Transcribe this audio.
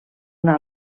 una